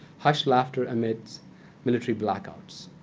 hushed laughter amid military blackouts.